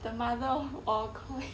the mother of all K_O_I